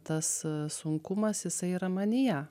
tas sunkumas jisai yra manyje